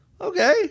Okay